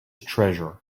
treasure